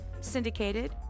syndicated